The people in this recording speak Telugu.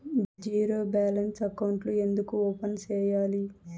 జీరో బ్యాలెన్స్ అకౌంట్లు ఎందుకు ఓపెన్ సేయాలి